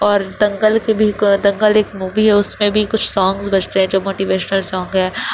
اور دنگل کے بھی دنگل ایک مووی ہے اس میں بھی کچھ سونگس بجتے ہیں جو موٹیویشنل سونگ ہیں